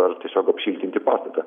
ar tiesiog apšiltinti pastatą